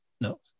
No